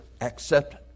accept